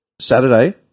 Saturday